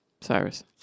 Cyrus